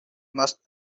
must